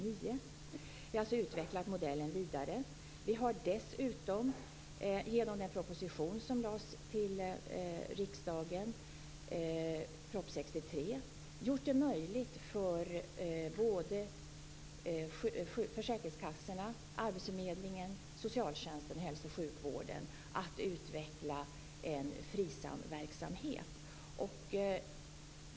Vi har alltså vidareutvecklat modellen. Vi har dessutom genom den proposition 63 som lades fram i riksdagen gjort det möjligt för både försäkringskassorna, arbetsförmedlingen, socialtjänsten och hälsooch sjukvården att utveckla en FRISAM-verksamhet.